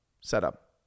setup